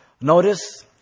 notice